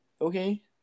Okay